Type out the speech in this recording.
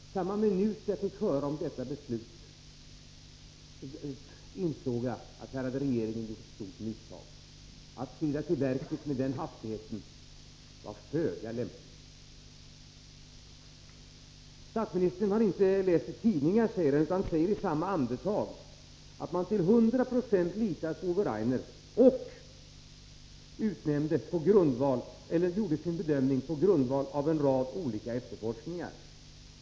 I samma minut jag fick höra talas om detta beslut insåg jag att här hade regeringen gjort ett stort misstag. Att skrida till verket med den hastigheten var föga lämpligt. Statsministern har inte läst detta i tidningarna, säger han. Sedan säger han i samma andetag att man till 100 92 litade på Ove Rainer, och att man gjorde sin bedömning på grundval av en rad grundliga efterforskningar.